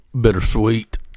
bittersweet